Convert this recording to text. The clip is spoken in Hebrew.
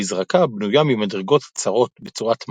המזרקה בנויה ממדרגות צרות בצורת מלבן,